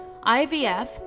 IVF